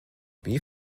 wie